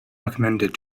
recommended